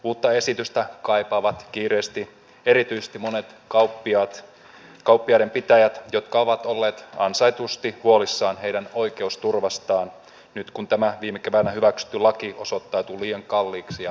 uutta esitystä kaipaavat kiireesti erityisesti monet kauppiaat kauppojen pitäjät jotka ovat olleet ansaitusti huolissaan oikeusturvastaan nyt kun tämä viime keväänä hyväksytty laki osoittautui liian kalliiksi ja byrokraattiseksi